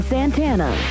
Santana